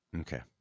Okay